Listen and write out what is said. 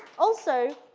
also,